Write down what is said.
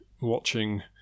watching